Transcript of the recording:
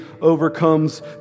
overcomes